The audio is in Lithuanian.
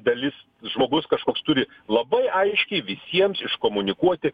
dalis žmogus kažkoks turi labai aiškiai visiems iškomunikuoti